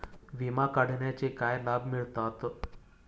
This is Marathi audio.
विमा काढण्याचे काय लाभ मिळतात?